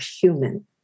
human